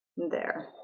there